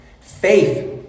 Faith